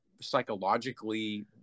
psychologically